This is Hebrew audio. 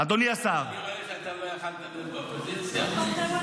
אתה בזבוז.